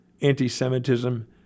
anti-Semitism